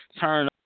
turn